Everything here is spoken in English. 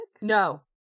No